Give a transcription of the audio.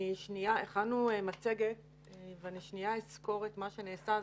הכנו מצגת ואני אסקור את מה שנעשה.